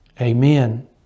amen